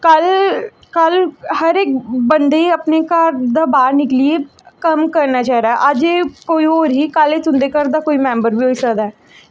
कल्ल कल्ल हर इक बंदे गी अपने घर दा बाह्र निकलियै कम्म करना चाहिदा ऐ अज्ज एह् कोई होर ही कल्ल तुं'दे घर दा कोई मैम्बर बी होई सकदा ऐ